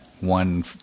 one